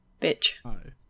bitch